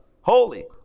holy